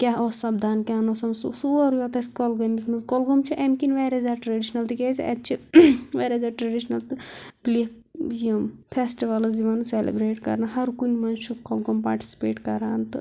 کیٛاہ اوس سپدان کیٛاہ نہٕ اوس سپد سُہ سورٕے ووت اَسہِ کۄلگٲمِس منٛز کۄلگوم چھِ امہِ کِنۍ واریاہ زیادٕ ٹریٚڈشنَل تِکیٛازِ اَتہِ چھِ واریاہ زیادٕ ٹریڈشنَل تہِ یہ یِم فیسٹِوَلٕز یِوان سیلِبریٹ کرنہٕ ہر کُنہِ منٛز چھِ کٕم کٕم پاٹِسِپیٹ کران تہٕ